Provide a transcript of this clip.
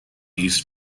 east